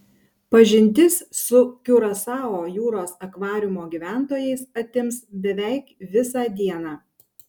pažintis su kiurasao jūros akvariumo gyventojais atims beveik visą dieną